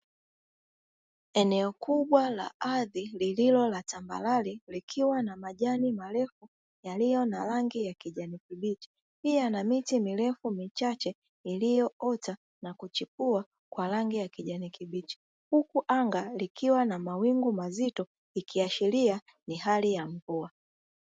Eneo kubwa la ardhi lililo la tambarare, likiwa na majani marefu yaliyo na rangi ya kijani kibichi. Pia na miche mirefu michache iliyoota na kuchipua kwa rangi ya kijani kibichi, huku anga likiwa na mawingu mazito, ikiashiria ni hali ya mvua.